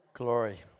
glory